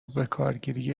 بکارگیری